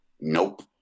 nope